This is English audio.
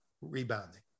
rebounding